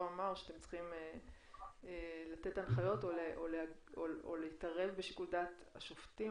אמר שאתם צריכים לתת הנחיות או להתערב בשיקול דעת השופטים.